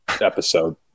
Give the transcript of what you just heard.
episode